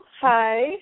Hi